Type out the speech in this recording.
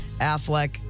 Affleck